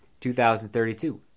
2032